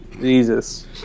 Jesus